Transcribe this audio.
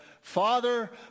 Father